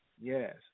Yes